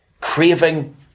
craving